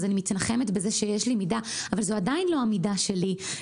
אני מתנחמת בזה שיש לי מידה אבל זו עדיין לא המידה שלי.